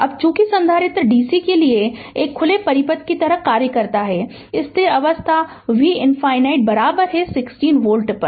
अब चूंकि संधारित्र dc के लिए एक खुले परिपथ की तरह कार्य करता है स्थिर अवस्था V ∞ 60 वोल्ट पर